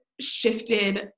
shifted